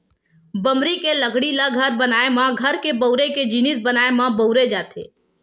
बमरी के लकड़ी ल घर बनाए म, घर के बउरे के जिनिस बनाए म बउरे जाथे